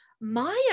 Maya